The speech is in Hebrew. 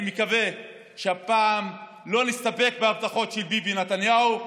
אני מקווה שהפעם לא נסתפק בהבטחות של ביבי נתניהו,